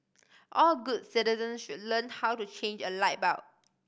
all good citizens should learn how to change a light bulb